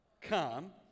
come